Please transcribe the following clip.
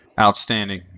Outstanding